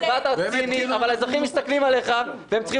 אבל האזרחים מסתכלים עליך והם צריכים